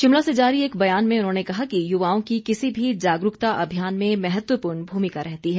शिमला से जारी एक ब्यान में उन्होंने कहा कि युवाओं की किसी भी जागरूकता अभियान में महत्वपूर्ण भूमिका रहती है